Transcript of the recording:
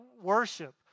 worship